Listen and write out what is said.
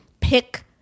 pick